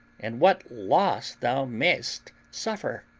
and what loss thou mayest suffer,